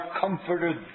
comforted